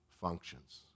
functions